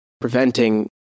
preventing